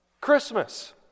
Christmas